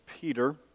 Peter